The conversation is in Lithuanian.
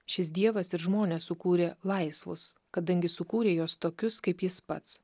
šis dievas ir žmones sukūrė laisvus kadangi sukūrė juos tokius kaip jis pats